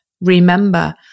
Remember